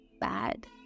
bad